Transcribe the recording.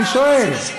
אני שואל.